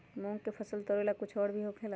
मूंग के फसल तोरेला कुछ और भी होखेला?